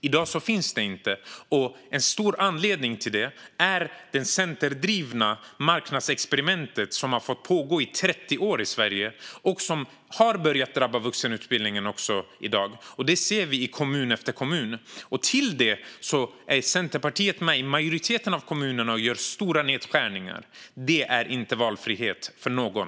I dag är det inte så, och en stor anledning till det är det Centerdrivna marknadsexperiment som har fått pågå i Sverige i 30 år - och som i dag har börjat drabba även vuxenutbildningen. Det ser vi i kommun efter kommun. Centerpartiet är dessutom med och gör stora nedskärningar i majoriteten av kommunerna. Det är inte valfrihet för någon.